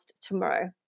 tomorrow